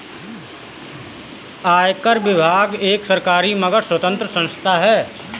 आयकर विभाग एक सरकारी मगर स्वतंत्र संस्था है